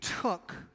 took